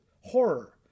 horror